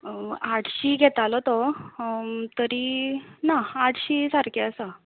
आठशी घेतालो तो तरी ना आठशी सारकें आसा